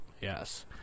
Yes